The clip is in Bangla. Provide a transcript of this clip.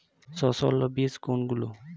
সস্যল বীজ কোনগুলো?